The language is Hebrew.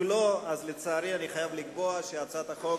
אם לא, לצערי, אני חייב לקבוע שהצעת החוק